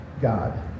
God